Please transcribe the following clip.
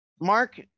Mark